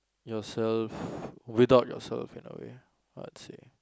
yourself without yourself in a way I would say